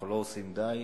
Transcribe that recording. אנחנו לא עושים די.